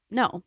no